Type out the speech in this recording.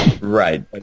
Right